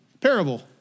parable